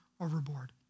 overboard